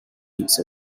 pizza